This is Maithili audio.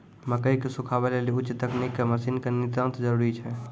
मकई के सुखावे लेली उच्च तकनीक के मसीन के नितांत जरूरी छैय?